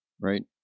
right